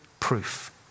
proof